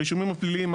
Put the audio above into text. הרישומים הפליליים,